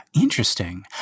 interesting